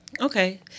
Okay